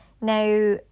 Now